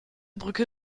brücke